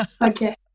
Okay